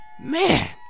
Man